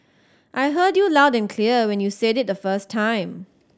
I heard you loud and clear when you said it the first time